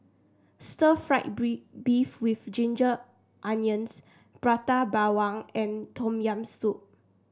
Stir Fried Beef with Ginger Onions Prata Bawang and Tom Yam Soup